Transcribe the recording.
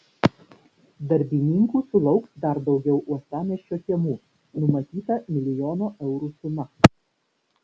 darbininkų sulauks dar daugiau uostamiesčio kiemų numatyta milijono eurų suma